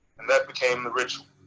and that became the ritual.